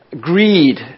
greed